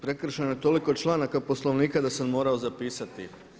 Prekršeno je toliko članaka Poslovnika da sam morao zapisati.